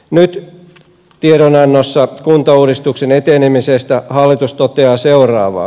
nyt tiedonannossa kuntauudistuksen etenemisestä hallitus toteaa seuraavaa